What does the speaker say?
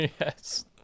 Yes